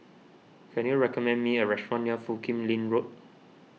can you recommend me a restaurant near Foo Kim Lin Road